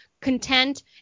content